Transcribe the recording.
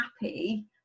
happy